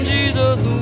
Jesus